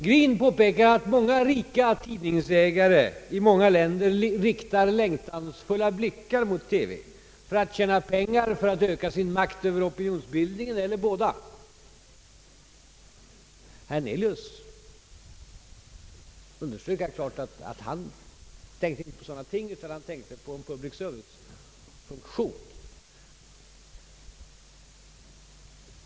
Greene påpekar att rika tidningsägare i många länder kastar sina längtansfulla blickar på TV — för att tjäna pengar eller för att öka sin makt över opinionsbildningen eller för båda ändamålen. Herr Hernelius underströk att han inte tänkte på sådana ting utan tänkte på en public service-funktion.